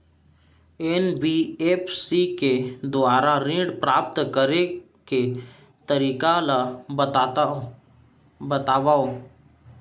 NBFC के दुवारा ऋण प्राप्त करे के तरीका ल बतावव?